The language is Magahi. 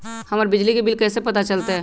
हमर बिजली के बिल कैसे पता चलतै?